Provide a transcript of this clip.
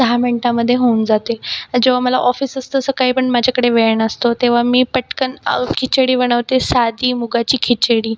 दहा मिनटामध्ये होऊन जाते आणि जेव्हा मला ऑफिस असतं सकाळी पण माझ्याकडे वेळ नसतो तेव्हा मी पटकन खिचडी बनवते साधी मुगाची खिचडी